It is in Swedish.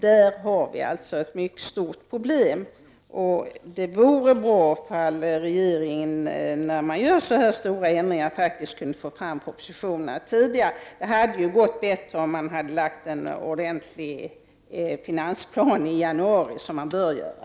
Där finns det alltså ett mycket stort problem. Det vore bra om regeringen, när den skall göra sådana stora ändringar, lägger fram propositionerna tidigare. Det hade gått bättre om regeringen hade lagt fram en ordentlig finansplan i januari, vilket en regering bör göra.